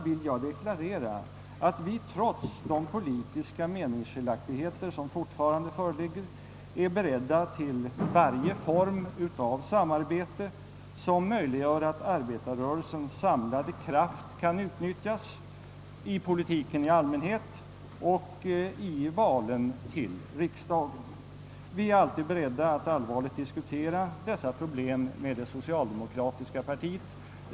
Jag vill deklarera, att vi från vår sida, trots de politiska meningsskiljaktigheter som fortfarande föreligger, är beredda till varje form av samarbete som möjliggör att arbetarrörelsens samlade kraft kan utnyttjas i politiken i allmänhet och i valen till riksdagen. Vi är alltid beredda att allvarligt diskutera dessa problem med det socialdemokratiska partiet.